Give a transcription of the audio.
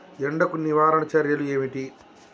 ఎండకు నివారణ చర్యలు ఏమిటి?